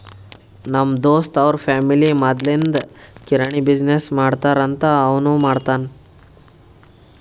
ನಮ್ ದೋಸ್ತ್ ಅವ್ರ ಫ್ಯಾಮಿಲಿ ಮದ್ಲಿಂದ್ ಕಿರಾಣಿ ಬಿಸಿನ್ನೆಸ್ ಮಾಡ್ತಾರ್ ಅಂತ್ ಅವನೂ ಮಾಡ್ತಾನ್